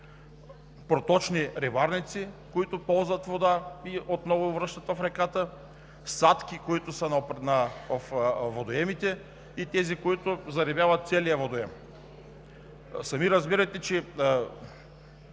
проточни рибарници, които ползват вода и отново я връщат в реката; садки, които са във водоемите, и тези, които зарибяват целия водоем. Сами разбирате, че